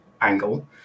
angle